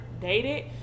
dated